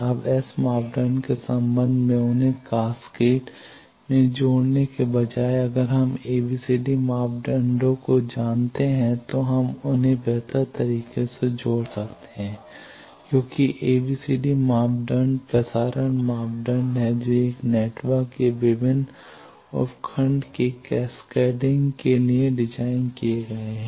अब एस मापदंड के संदर्भ में उन्हें कैस्केड में जोड़ने के बजाय अगर हम एबीसीडी मापदंड को जानते हैं तो हम उन्हें बेहतर तरीके से जोड़ सकते हैं क्योंकि एबीसीडी मापदंड प्रसारण मापदंड हैं जो एक नेटवर्क के विभिन्न उप खंड के कैस्केडिंग के लिए डिज़ाइन किए गए हैं